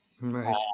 Right